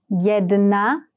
Jedna